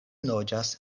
loĝas